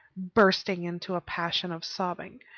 bursting into a passion of sobbing.